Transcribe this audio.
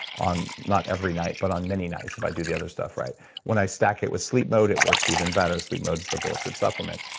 on not every night, but on many nights if i do the other stuff right when i stack it with sleep mode, it works even better. sleep mode is the bulletproof supplement.